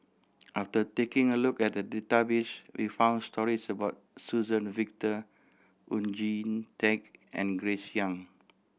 after taking a look at the database we found stories about Suzann Victor Oon Jin Teik and Grace Young